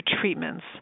Treatments